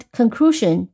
conclusion